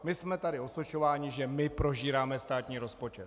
My jsme tady osočováni, že my prožíráme státní rozpočet.